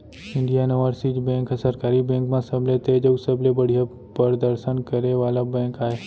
Indian Overseas Bank ह सरकारी bank म सबले तेज अउ सबले बड़िहा परदसन करे वाला बेंक आय